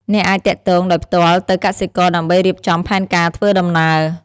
អ្នកអាចទាក់ទងដោយផ្ទាល់ទៅកសិករដើម្បីរៀបចំផែនការធ្វើដំណើរ។